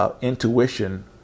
intuition